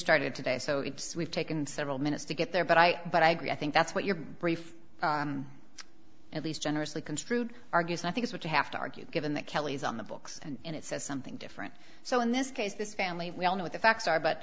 started today so it's we've taken several minutes to get there but i but i agree i think that's what your brief at least generously construed argues i think is what you have to argue given that kelly's on the books and it says something different so in this case this family we all know what the facts are but